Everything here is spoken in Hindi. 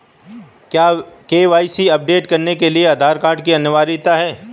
क्या के.वाई.सी अपडेट करने के लिए आधार कार्ड अनिवार्य है?